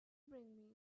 bring